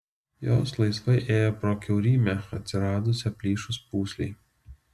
jos laisvai ėjo pro kiaurymę atsiradusią plyšus pūslei